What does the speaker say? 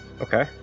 Okay